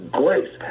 grace